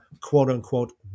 quote-unquote